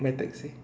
my taxi